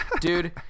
Dude